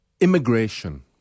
immigration